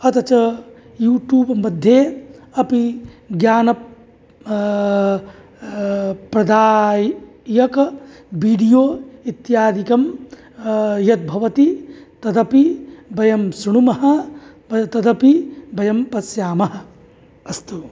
अथ च यूटूब् मध्ये अपि ज्ञानप् प्रदायक वीडियो इत्यादिकम् यद् भवति तदपि वयं शृणुमः तदपि वयं पश्यामः अस्तु